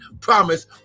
promise